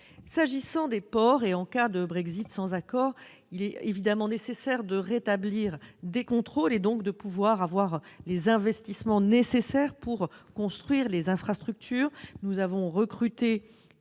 S'agissant des ports, en cas de Brexit sans accord, il sera évidemment nécessaire de rétablir des contrôles, et donc de réaliser les investissements nécessaires pour la construction d'infrastructures. Nous avons recruté